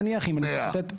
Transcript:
נניח --- 100.